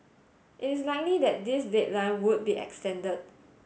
it is likely that this deadline would be extended